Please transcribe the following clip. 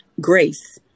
grace